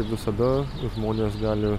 kaip visada žmonės gali